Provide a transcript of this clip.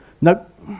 Nope